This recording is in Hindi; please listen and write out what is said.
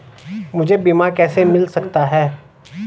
मुझे बीमा कैसे मिल सकता है?